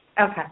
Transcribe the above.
Okay